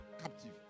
captive